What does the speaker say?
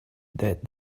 that